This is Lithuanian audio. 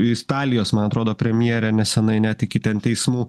i stalijos man atrodo premjerė neseniai net iki ten teismų